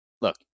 Look